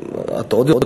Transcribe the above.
את עוד יותר